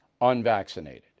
unvaccinated